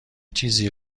چیزی